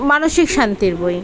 মানসিক শান্তির বই